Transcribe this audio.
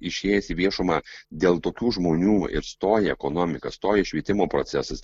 išėjęs į viešumą dėl tokių žmonių ir stoja ekonomika stoja švietimo procesas